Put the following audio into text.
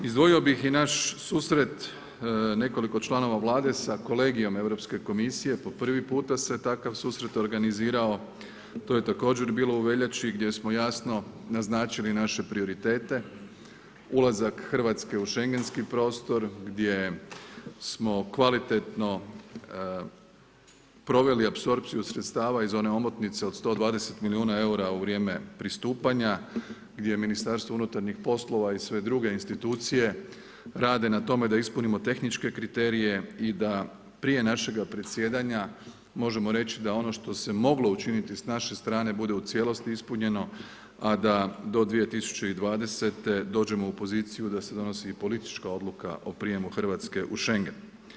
Izdvojio bi i naš susret nekoliko članova Vlade sa kolegijem Europskom komisije, po prvi puta se takav susret organizirao, to je također bilo u veljači, gdje smo jasno naznačili naše prioritete, ulazak Hrvatske u Schengenski prostor, gdje smo kvalitetno proveli apsorpciju sredstava iz one omotnice od 120 milijuna eura u vrijeme pristupanja, gdje je Ministarstvo unutarnjih poslova i sve druge institucije, rade na tome da ispunimo tehničke kriterije i da prije našega predsjedanja, možemo reći, da ono što se moglo učiniti s naše strane bude u cijelosti ispunjeno, a da do 2020. dođemo u poziciju da se donosi i politička odluka o prijemu Hrvatske u Schengen.